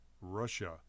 Russia